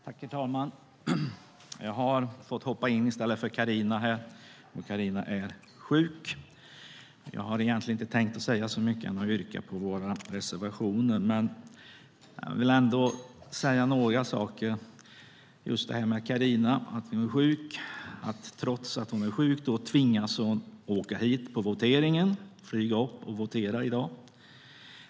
Herr talman! Jag har fått hoppa in i stället för Carina Herrstedt. Carina är sjuk. Jag hade egentligen inte tänkt att säga så mycket mer än att yrka bifall till våra reservationer, men jag vill ändå säga några saker. Trots att Carina är sjuk tvingades hon flyga hit till voteringen i dag.